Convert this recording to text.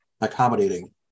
accommodating